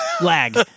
Lag